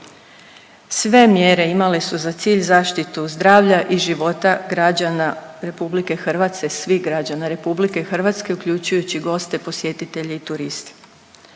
Sve mjere imale su za cilj zaštitu zdravlja i života građana RH, svih građana RH uključujući goste, posjetitelje i turiste.